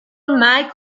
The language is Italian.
michael